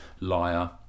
Liar